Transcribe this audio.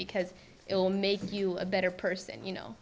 because it will make you a better person you know